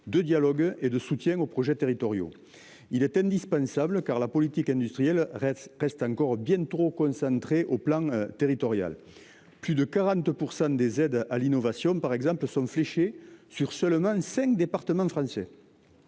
de dialogue et de soutien aux projets territoriaux. Il était indispensable car la politique industrielle reste reste encore bien trop concentré au plan territorial. Plus de 40% des aides à l'innovation par exemple sont fléchés sur seulement 5 départements français.